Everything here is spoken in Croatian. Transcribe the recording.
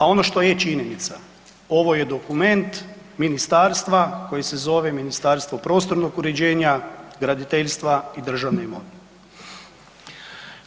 A ono što je činjenica, ovo je dokument ministarstva koje se zove Ministarstvo prostornog uređenja, graditeljstva i državne imovine.